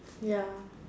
ya